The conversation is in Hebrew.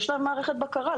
יש להם מערכת בקרה.